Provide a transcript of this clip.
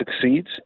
succeeds